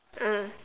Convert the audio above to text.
ah